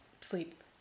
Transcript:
sleep